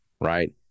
Right